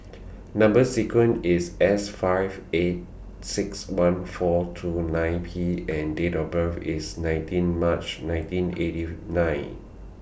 Number sequence IS S five eight six one four two nine P and Date of birth IS nineteen March nineteen eighty nine